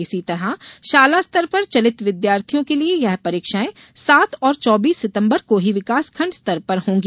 इसी तरह शाला स्तर पर चलित विद्यार्थियों के लिये यह परीक्षाएं सात और चौबीस सितम्बर को ही विकास खण्ड स्तर पर होंगी